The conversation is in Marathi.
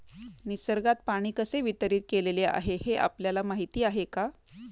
निसर्गात पाणी कसे वितरीत केलेले आहे हे आपल्याला माहिती आहे का?